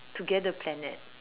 together planet